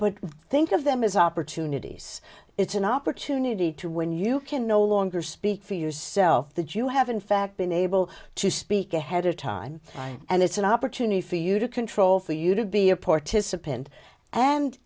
but think of them as opportunities it's an opportunity to when you can no longer speak for yourself that you have in fact been able to speak ahead of time and it's an opportunity for you to control for you to be a participant and